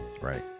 Right